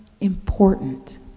important